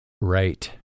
Right